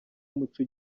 umuco